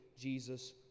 Jesus